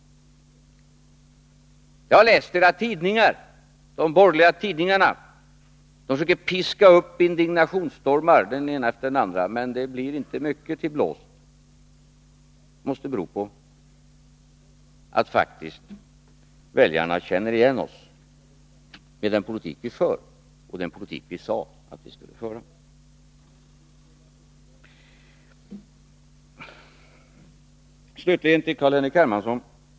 Jag har läst era tidningar — de borgerliga tidningarna — som försöker piska upp indignationsstormar, den ena efter den andra, men det blir inte mycket till blåst. Det måste bero på att väljarna faktiskt känner igen oss med den politik vi för och den politik vi sade att vi skulle föra. Slutligen till Carl-Henrik Hermansson.